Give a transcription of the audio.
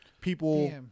people